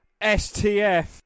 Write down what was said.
STF